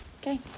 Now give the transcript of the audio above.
Okay